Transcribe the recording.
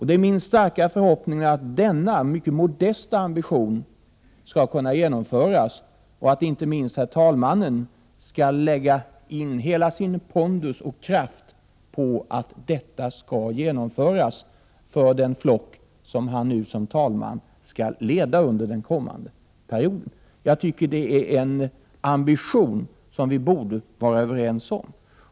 Det är min starka förhoppning att denna mycket modesta ambition skall kunna genomföras och att inte minst herr talmannen skall lägga in hela sin pondus och kraft på att detta skall Prot. 1988/89:46 genomföras för den flock som han såsom talman skall leda under den här 15 december 1988 perioden. Jag tycker att det är en ambition som vi borde vara Överens OM.